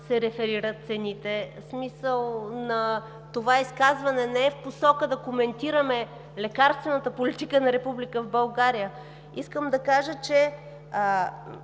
се реферират цените. Това изказване не е в посока да коментираме лекарствената политика на Република България. Искам да кажа, че